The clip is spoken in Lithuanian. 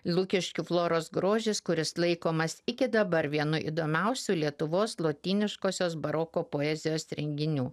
lukiškių floros grožis kuris laikomas iki dabar vienu įdomiausių lietuvos lotyniškosios baroko poezijos renginių